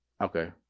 Okay